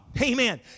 Amen